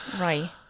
Right